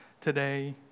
today